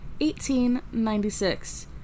1896